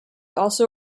also